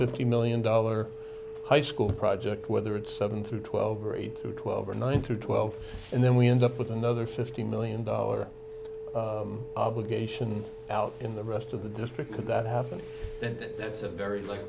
fifty million dollar high school project whether it's seven through twelve or eight to twelve or nine through twelve and then we end up with another fifteen million dollars obligation out in the rest of the district could that happen and that's a very like